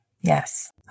yes